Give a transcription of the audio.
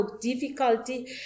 difficulty